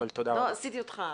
תודה רבה לך,